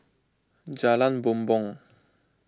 Jalan Bumbong